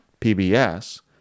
PBS